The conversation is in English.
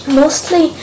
mostly